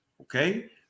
Okay